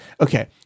okay